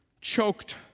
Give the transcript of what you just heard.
choked